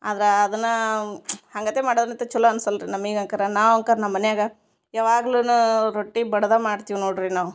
ಆದರಾ ಅದನಾ ಹಂಗತೆ ಮಾಡೋನತೆ ಚಲೋ ಅನ್ಸಲ್ಲ ರೀ ನಮಗ್ ಅಂಕರ ನಾವಂಕರ ನಮ್ಮ ಮನೇಗ ಯಾವಾಗಲೂನು ರೊಟ್ಟಿ ಬಡಿದಾ ಮಾಡ್ತೀವಿ ನೋಡ್ರಿ ನಾವು